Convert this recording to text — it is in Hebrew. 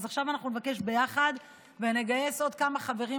אז עכשיו אנחנו נבקש ביחד ונגייס עוד כמה חברים,